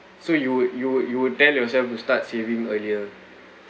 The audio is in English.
so you'll you'll you'll tell yourself to start saving earlier